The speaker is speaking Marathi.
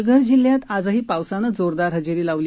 पालघर जिल्ह्यात आजही पावसानं जोरदार हजेरी लावली